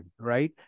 right